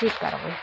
की करबइ